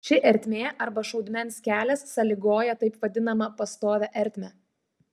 ši ertmė arba šaudmens kelias sąlygoja taip vadinamą pastovią ertmę